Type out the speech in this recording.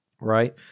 Right